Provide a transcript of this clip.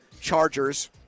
Chargers